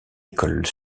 école